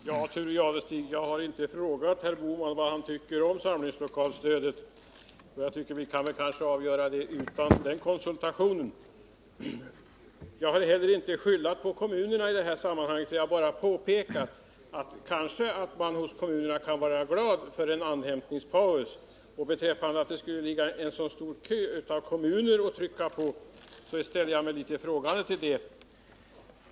Herr talman! Jag har, Thure Jadestig, inte frågat herr Bohman vad han tycker om samlingslokalsstödet, och jag tycker att vi kan avgöra denna fråga utan någon sådan konsultation. Jag har inte heller skyllt på kommunerna i detta sammanhang utan har bara påpekat att kommunerna kanske skulle vara glada åt att få en andhämtningspaus. Uppgiften att det skulle finnas en lång kö av kommuner som trycker på i dessa ärenden ställer jag mig litet frågande till.